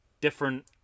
different